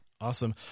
Awesome